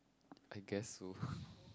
I guess so